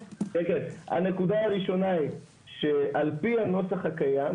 הנקודה הראשונה היא שעל פי הנוסח הקיים,